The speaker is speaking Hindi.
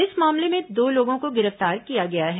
इस मामले में दो लोगों को गिरफ्तार किया गया है